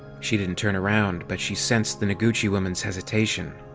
she didn't turn around, but she sensed the noguchi woman's hesitation.